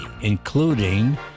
including